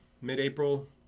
mid-April